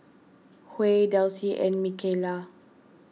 Huey Delsie and Mikayla